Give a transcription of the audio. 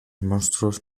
monstruos